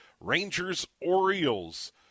Rangers-Orioles